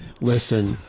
Listen